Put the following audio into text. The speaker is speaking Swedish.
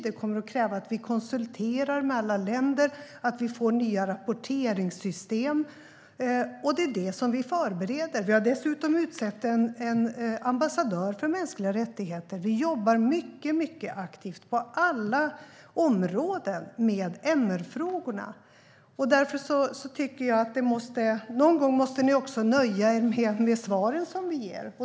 Det kommer att kräva att vi konsulterar alla länder och att vi får nya rapporteringssystem. Det är det som vi förbereder. Vi har dessutom utsett en ambassadör för mänskliga rättigheter. Vi jobbar mycket aktivt på alla områden med MR-frågorna. Därför tycker jag att ni någon gång måste nöja er med de svar som vi ger.